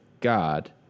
God